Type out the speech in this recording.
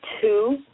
two